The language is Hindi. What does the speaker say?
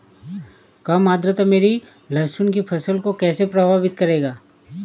कम आर्द्रता मेरी लहसुन की फसल को कैसे प्रभावित करेगा?